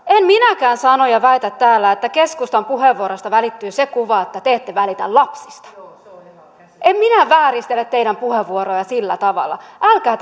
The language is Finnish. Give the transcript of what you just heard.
en minäkään sano ja väitä täällä että keskustan puheenvuoroista välittyy se kuva että te ette välitä lapsista en minä vääristele teidän puheenvuorojanne sillä tavalla älkää